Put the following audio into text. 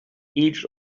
each